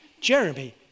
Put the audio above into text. Jeremy